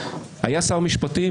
היה שר משפטים,